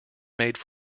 made